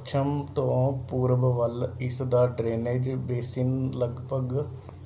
ਪੱਛਮ ਤੋਂ ਪੂਰਬ ਵੱਲ ਇਸ ਦਾ ਡਰੇਨੇਜ ਬੇਸਿਨ ਲਗਭਗ